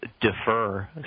defer